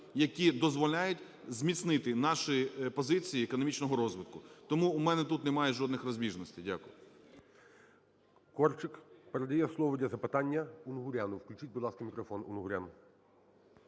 які дозволяють зміцнити наші позиції економічного розвитку. Тому в мене тут немає жодних розбіжностей. Дякую.